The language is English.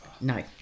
no